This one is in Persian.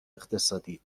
اقتصادی